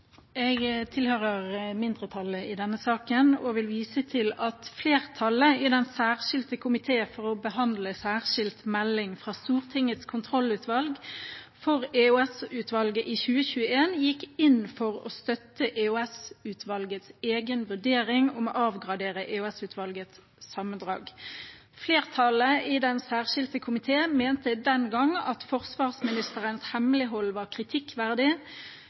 Jeg tilhører mindretallet i denne saken og vil vise til at flertallet i den særskilte komité for å behandle særskilt melding fra Stortingets kontrollutvalg for EOS-utvalget i 2021 gikk inn for å støtte EOS-utvalgets egen vurdering om å avgradere EOS-utvalgets sammendrag. Flertallet i den særskilte komité mente den gang at forsvarsministerens hemmelighold var kritikkverdig,